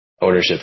ownership